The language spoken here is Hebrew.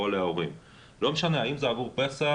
לא משנה האם זה עבור פסח,